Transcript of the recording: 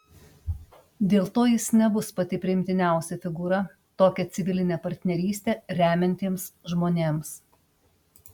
dėl to jis nebus pati priimtiniausia figūra tokią civilinę partnerystę remiantiems žmonėms